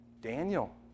Daniel